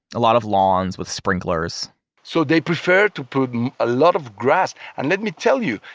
a lot of lawns with sprinklers so, they prefer to put and a lot of grass, and let me tell you,